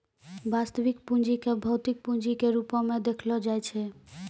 वास्तविक पूंजी क भौतिक पूंजी के रूपो म देखलो जाय छै